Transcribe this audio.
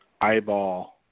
eyeball